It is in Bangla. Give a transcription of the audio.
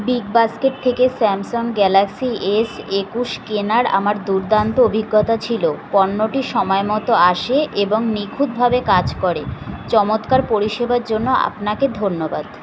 বিগবাস্কেট থেকে স্যামসাং গ্যালাক্সি এস একুশ কেনার আমার দুর্দান্ত অভিজ্ঞতা ছিলো পণ্যটি সমায় মতো আসে এবং নিখুঁতভাবে কাজ করে চমৎকার পরিষেবার জন্য আপনাকে ধন্যবাদ